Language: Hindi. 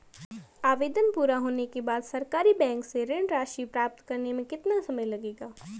आवेदन पूरा होने के बाद सरकारी बैंक से ऋण राशि प्राप्त करने में कितना समय लगेगा?